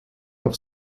auf